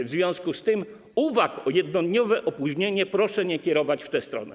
W związku z tym uwag o jednodniowe opóźnienie proszę nie kierować w tę stronę.